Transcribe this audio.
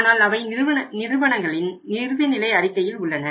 ஆனால் அவை நிறுவனங்களின் இறுதிநிலை அறிக்கையில் உள்ளன